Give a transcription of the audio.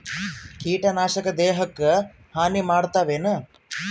ಕೀಟನಾಶಕ ದೇಹಕ್ಕ ಹಾನಿ ಮಾಡತವೇನು?